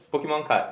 Pokemon cards